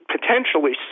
potentially